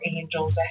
angels